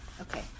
Okay